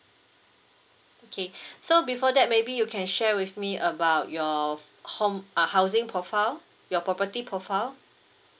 okay so before that maybe you can share with me about your home uh housing profile your property profile